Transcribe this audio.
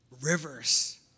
rivers